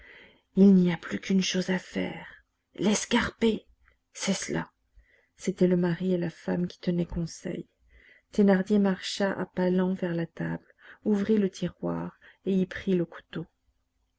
il n'y a plus qu'une chose à faire l'escarper c'est cela c'étaient le mari et la femme qui tenaient conseil thénardier marcha à pas lents vers la table ouvrit le tiroir et y prit le couteau